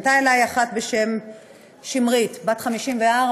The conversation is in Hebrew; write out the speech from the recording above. פנתה אלי אחת בשם שמרית, בת 54,